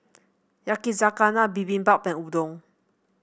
Yakizakana Bibimbap and Udon